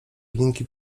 linki